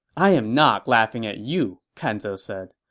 i am not laughing at you, kan ze said.